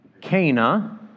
Cana